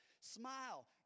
Smile